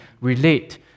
relate